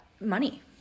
money